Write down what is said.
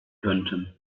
könnten